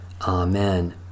Amen